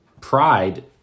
pride